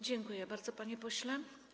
Dziękuję bardzo, panie pośle.